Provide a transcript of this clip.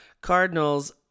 Cardinals